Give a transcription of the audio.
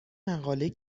مقاله